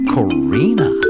Karina